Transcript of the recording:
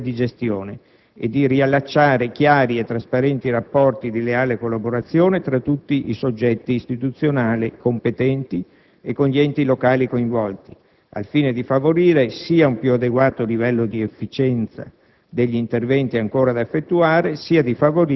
di recuperare le ordinarie competenze e procedure di gestione e di riallacciare chiari e trasparenti rapporti di leale collaborazione tra tutti i soggetti istituzionali competenti e con gli enti locali coinvolti, al fine di favorire sia un più adeguato livello di efficienza